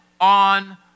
on